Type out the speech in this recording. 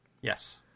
yes